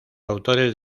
autores